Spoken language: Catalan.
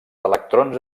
electrons